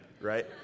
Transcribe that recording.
right